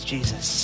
Jesus